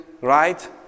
right